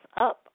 up